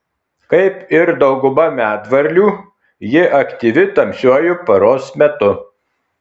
kaip ir dauguma medvarlių ji aktyvi tamsiuoju paros metu